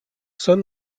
sun